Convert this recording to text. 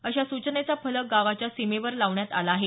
अशा सूचनेचा फलक गावाच्या सीमेवर लावण्यात आला आहे